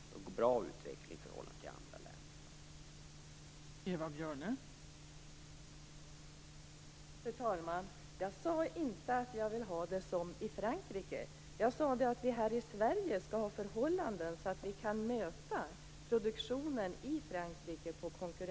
Den har en bra utveckling i förhållande till andra länder.